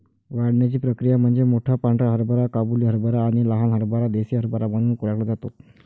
वाढण्याची प्रक्रिया म्हणजे मोठा पांढरा हरभरा काबुली हरभरा आणि लहान हरभरा देसी हरभरा म्हणून ओळखला जातो